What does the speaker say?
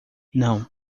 não